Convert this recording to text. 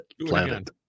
Planet